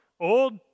Old